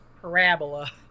parabola